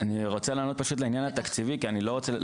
אני רוצה לענות פשוט לעניין התקציבי כי אני לא רוצה,